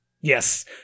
Yes